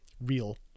real